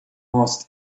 most